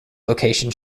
location